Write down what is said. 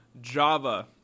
Java